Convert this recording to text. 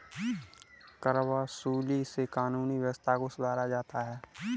करवसूली से कानूनी व्यवस्था को सुधारा जाता है